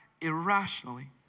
irrationally